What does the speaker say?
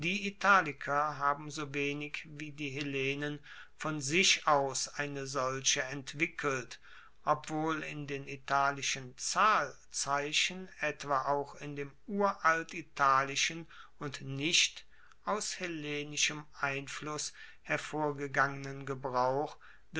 italiker haben sowenig wie die hellenen von sich aus eine solche entwickelt obwohl in den italischen zahlzeichen etwa auch in dem uralt italischen und nicht aus hellenischem einfluss hervorgegangenen gebrauch